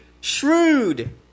shrewd